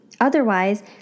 Otherwise